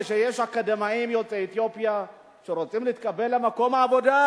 כשיש אקדמאים יוצאי אתיופיה שרוצים להתקבל למקום העבודה,